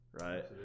Right